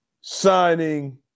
signing